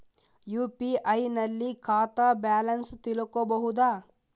UPI ನಲ್ಲಿ ಖಾತಾ balance ತಿಳಕೊ ಬಹುದಾ?